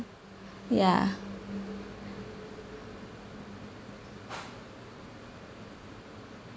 ya